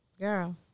Girl